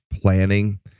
planning